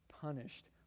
punished